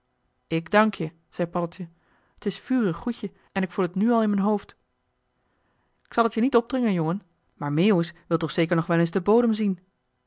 ik dank je zei paddeltje t is vurig goedje en k voel het nu al in m'n hoofd k zal het je niet opdringen jongen maar meeuwis wil toch zeker nog wel eens den bodem zien